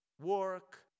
Work